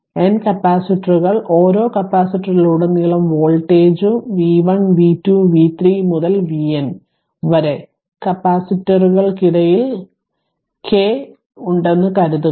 n കപ്പാസിറ്ററുകൾ ഓരോ കപ്പാസിറ്ററിലുടനീളം വോൾട്ടേജും v1 v2 v3 മുതൽ vn വരെ കപ്പാസിറ്ററുകൾക്കിടയിൽ kth ഉണ്ടെന്ന് കരുതുക